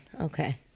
Okay